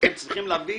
אתם צריכים להביא